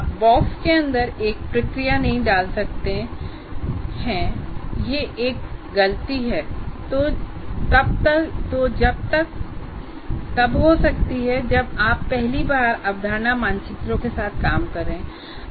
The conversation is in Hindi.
आप बॉक्स के अंदर एक प्रक्रिया नहीं डाल सकते हैं और यह एक गलती है जो तब हो सकती है जब आप पहली बार अवधारणा मानचित्रों के साथ काम कर रहे हों